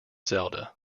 zelda